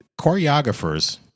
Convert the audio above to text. choreographers